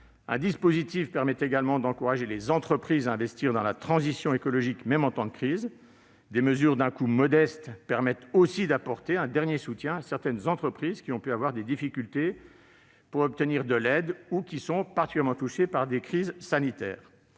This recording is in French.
Un dispositif permet également d'encourager les entreprises à investir dans la transition écologique, même en temps de crise. Plusieurs mesures d'un coût modeste permettent aussi d'apporter un dernier soutien à certaines entreprises qui ont pu rencontrer des difficultés pour obtenir de l'aide ou qui sont particulièrement touchées par des crises sanitaires.